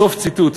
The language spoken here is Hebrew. סוף ציטוט.